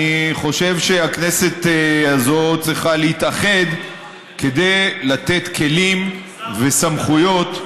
אני חושב שהכנסת הזאת צריכה להתאחד כדי לתת כלים וסמכויות,